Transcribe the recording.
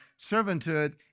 servanthood